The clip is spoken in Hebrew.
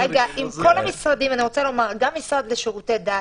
--- גם המשרד לשירותי דת